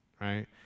right